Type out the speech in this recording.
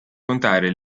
contare